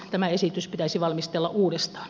tämä esitys pitäisi valmistella uudestaan